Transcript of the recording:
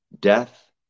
death